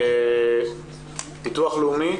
ביטוח לאומי.